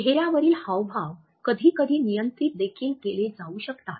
चेहऱ्यावरील हावभाव कधीकधी नियंत्रित देखील केले जाऊ शकतात